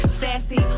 sassy